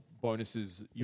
bonuses